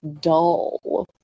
dull